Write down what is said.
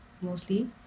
mostly